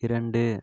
இரண்டு